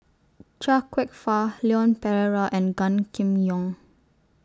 Chia Kwek Fah Leon Perera and Gan Kim Yong